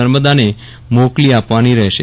નર્મદાને મોકલી આપવાની રહેશે